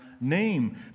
name